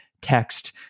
text